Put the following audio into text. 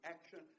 Action